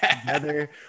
together